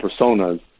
personas